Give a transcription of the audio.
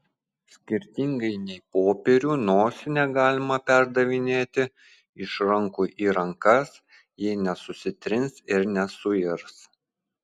skirtingai nei popierių nosinę galima perdavinėti iš rankų į rankas ji nesusitrins ir nesuirs